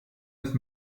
ist